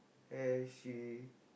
and she